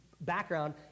background